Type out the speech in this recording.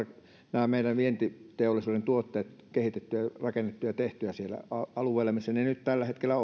meidän vientiteollisuuden tuotteet kehitettyä ja rakennettua ja tehtyä siellä alueella missä ne nyt tällä hetkellä